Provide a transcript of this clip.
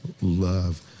love